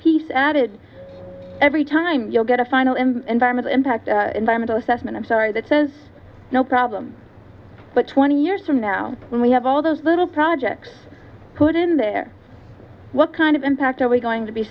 piece added every time you'll get a final environmental impact environmental assessment i'm sorry that says no problem but twenty years from now when we have all those little projects put in there what kind of impact are we going to be